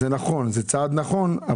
זה צעד נכון,